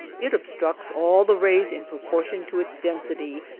it obstructs all the rays in proportion to its density,